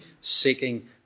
seeking